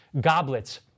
goblets